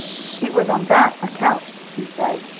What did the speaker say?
it was on that account, he says,